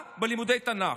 בלימודי תנ"ך.